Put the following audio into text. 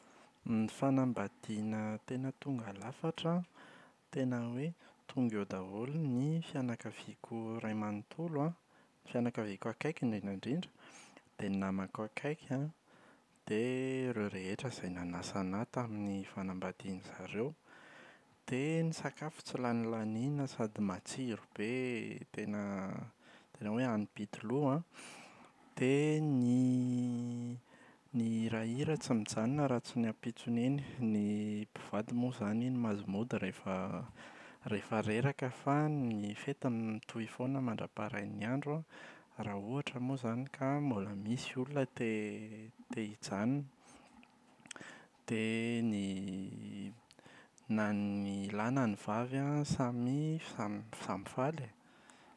Ny fanambadiana tena tonga lafatra an, tena hoe tonga eo daholo ny fianakaviako iray manontolo, ny fianakaviako akaiky indrindra indrindra dia ny namako akaiky an, dia ireo rehetra izay nanasa ana tamin’ny fanambadian’izareo. Dia ny sakafo tsy lany laniana sady matsiro be tena tena hoe hanimpitoloha an. Dia ny ny hirahira tsy mijanona raha tsy ny ampitson’iny. Ny mpivady moa izany iny mahazo mody rehefa rehefa reraka fa ny fety mitohy foana mandra-parain’ny andro an raha ohatra moa izany ka mbola misy olona te te hijanona. Dia ny na ny lahy na ny vavy an, samy samy, samy faly e.